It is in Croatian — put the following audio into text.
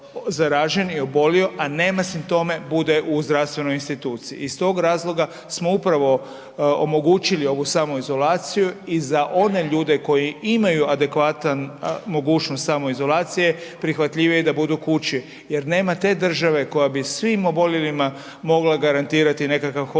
a nema simptome bude u zdravstvenoj instituciji. Iz tog razloga smo upravo omogućili ovu samoizolaciju i za one ljude koji imaju adekvatan, mogućnost samoizolacije prihvatljivije je da budu kući. Jer nema te države koja bi svim oboljelima mogla garantirati nekakav hospitalni